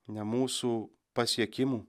ne mūsų pasiekimų